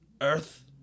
Earth